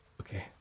Okay